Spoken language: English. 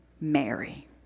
Mary